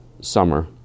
summer